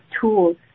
tools